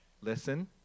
Listen